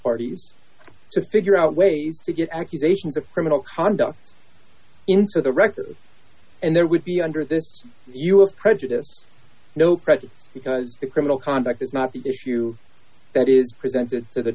parties to figure out ways to get accusations of criminal conduct into the record and there would be under this u s prejudice no credit because the criminal conduct is not the issue that is presented to the